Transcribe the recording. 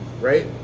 right